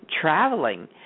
traveling